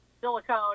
silicone